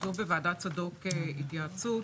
וכתוב בוועדת צדוק "התייעצות",